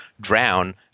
drown